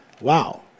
Wow